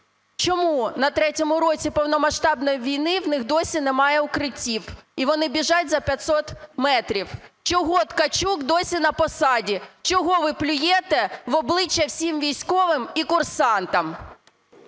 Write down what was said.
Чому на третьому році повномасштабної війни в них досі немає укриттів і вони біжать за 500 метрів? Чого Ткачук досі на посаді? Чого ви плюєте в обличчя всім військовим і курсантам?